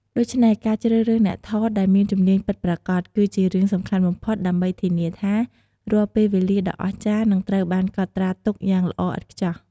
ដូច្នេះ ការជ្រើសរើសអ្នកថតដែលមានជំនាញពិតប្រាកដ គឺជារឿងសំខាន់បំផុតដើម្បីធានាថា រាល់ពេលវេលាដ៏ពិសេសនឹងត្រូវបានកត់ត្រាទុកយ៉ាងល្អឥតខ្ចោះ។